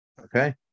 Okay